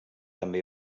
també